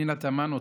פנינה תמנו,